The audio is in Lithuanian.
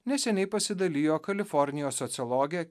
neseniai pasidalijo kalifornijos sociologė